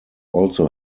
also